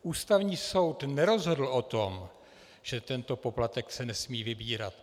Ústavní soud nerozhodl o tom, že se tento poplatek nesmí vybírat.